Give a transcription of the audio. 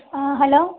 ആ ഹലോ